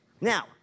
Now